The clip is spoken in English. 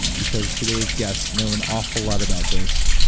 because today's guests know an awful lot about this.